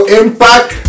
impact